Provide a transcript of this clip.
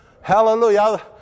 Hallelujah